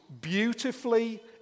beautifully